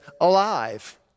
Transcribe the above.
alive